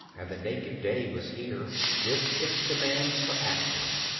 and the naked day was here, with its demands for action.